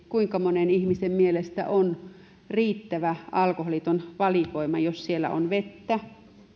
kuinka monen ihmisen mielestä on oikeasti riittävä alkoholiton valikoima jos siellä on vettä